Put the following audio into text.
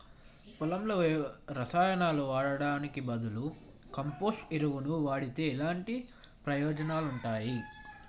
పొలంలో రసాయనాలు వాడటానికి బదులుగా కంపోస్ట్ ఎరువును వాడితే ఎలాంటి ప్రయోజనాలు ఉంటాయి?